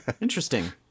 Interesting